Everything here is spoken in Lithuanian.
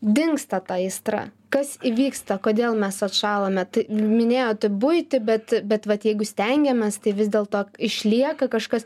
dingsta ta aistra kas įvyksta kodėl mes atšalame tai minėjote buitį bet bet vat jeigu stengiamės tai vis dėlto išlieka kažkas